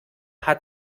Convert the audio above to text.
hat